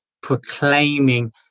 proclaiming